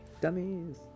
Dummies